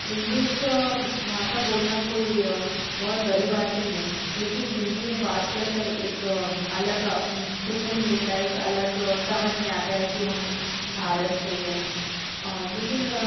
English भाषा बोलना कोई बहुत बड़ी बात नई है लेकिन हिन्दी में बात कर कर एक अलग सुकून मिलता है एक अलग समझ में आता है कि हम भारत से हैं लेकिन